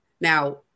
Now